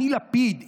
אני לפיד,